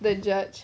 the judge